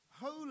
holy